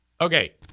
Okay